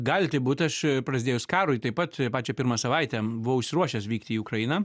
gali taip būt aš prasidėjus karui taip pat pačią pirmą savaitę buvau išsiruošęs vykti į ukrainą